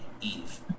Eve